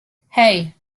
hey